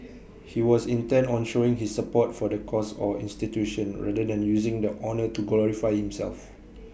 he was intent on showing his support for the cause or institution rather than using the honour to glorify himself